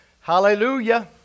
Hallelujah